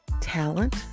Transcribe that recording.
talent